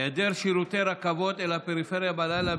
היעדר שירותי רכבות אל הפריפריה בלילה,